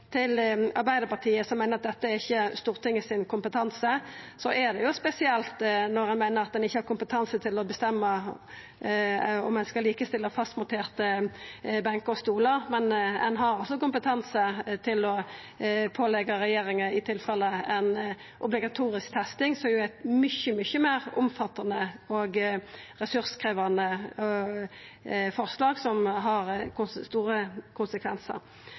Til Arbeidarpartiet, som meiner at dette ikkje er Stortingets kompetanse: Det er spesielt når ein meiner at ein ikkje har kompetanse til å bestemma om ein skal likestilla fastmonterte benkar og stolar, mens ein har kompetanse til å påleggja regjeringa obligatorisk testing, som jo er eit mykje, mykje meir omfattande og ressurskrevjande forslag, og som har store konsekvensar.